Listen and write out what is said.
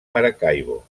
maracaibo